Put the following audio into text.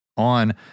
on